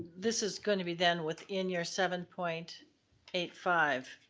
this is gonna be then within your seven point eight five.